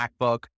MacBook